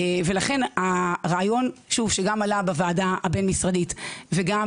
לכן הרעיון שעלה גם בוועדה הבין משרדית וגם